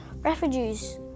Refugees